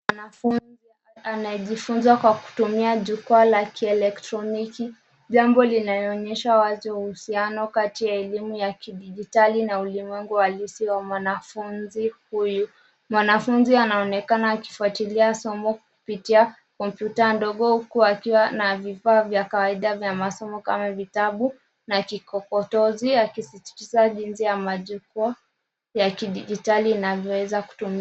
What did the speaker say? Mwanafunzi anayejifunza kwa kutumia jukwaa la kielektroniki jambo linaloonyesha wazi uhusiano kati ya elimu ya kidijitali na ulimwengu halisi wa mwanafunzi huyu, mwanafunzi anaonekana akifuatilia somo kupitia kompyuta ndogo akiwa na vifaa vya kawaida vya masomo kama vitabu na kikokotozi akisikiliza jinsi ya majukwaa ya kidijitali inavyoweza kutumika.